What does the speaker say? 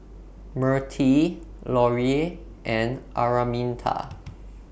Mirtie Lorie and Araminta